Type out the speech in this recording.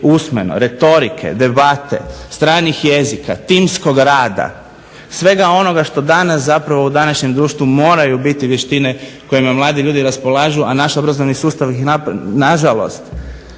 usmeno, retorike, debate, stranih jezika, timskog rada, svega onoga što danas zapravo u današnjem društvu moraju biti vještine kojima mladi ljudi raspolažu, a naš obrazovani sustav ih nažalost